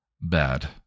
Bad